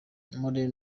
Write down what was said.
moreen